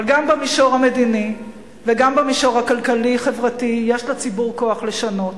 אבל גם במישור המדיני וגם במישור הכלכלי-חברתי יש לציבור כוח לשנות.